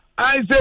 Isaac